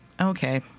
okay